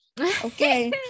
okay